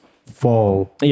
fall